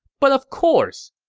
but of course!